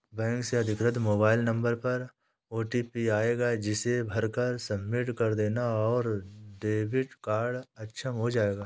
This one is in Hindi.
बैंक से अधिकृत मोबाइल नंबर पर ओटीपी आएगा जिसे भरकर सबमिट कर देना है और डेबिट कार्ड अक्षम हो जाएगा